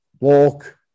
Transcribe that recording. Walk